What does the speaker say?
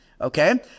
Okay